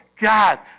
God